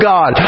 God